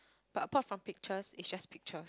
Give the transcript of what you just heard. but apart from pictures it's just picture